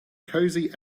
cozy